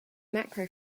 macro